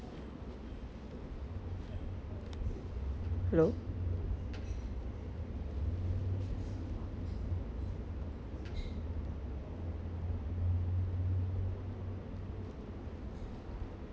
hello